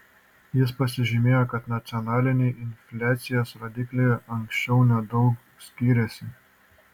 jis pažymėjo kad nacionaliniai infliacijos rodikliai anksčiau nedaug skyrėsi